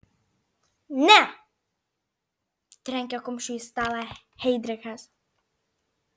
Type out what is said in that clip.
ne trenkė kumščiu į stalą heidrichas